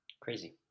Crazy